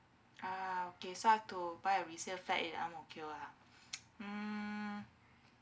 ah okay so I've to buy a resale flat in angmokio ah mm